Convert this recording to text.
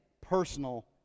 personal